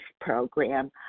program